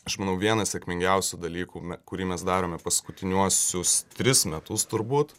aš manau vienas sėkmingiausių dalykų kurį mes darome paskutiniuosius tris metus turbūt